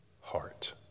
heart